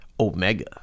Omega